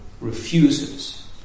refuses